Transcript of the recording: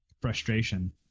frustration